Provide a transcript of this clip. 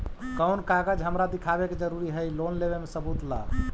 कौन कागज हमरा दिखावे के जरूरी हई लोन लेवे में सबूत ला?